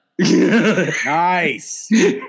nice